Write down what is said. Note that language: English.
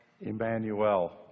Emmanuel